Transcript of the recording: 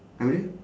apa dia